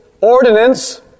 ordinance